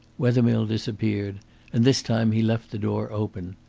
wethermill disappeared and this time he left the door open.